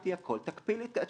חסמתי הכול, תקפיאו לי - מה